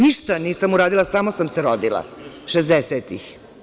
Ništa nisam uradila, samo sam se rodila 60-tih.